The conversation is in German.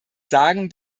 sagen